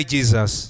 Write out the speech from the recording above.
Jesus